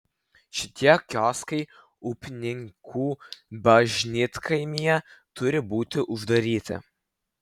šitie kioskai upninkų bažnytkaimyje turi būti uždaryti